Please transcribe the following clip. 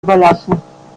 überlassen